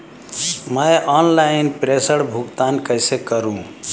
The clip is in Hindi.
मैं ऑनलाइन प्रेषण भुगतान कैसे करूँ?